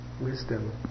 wisdom